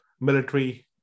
military